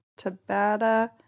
Tabata